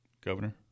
governor